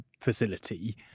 facility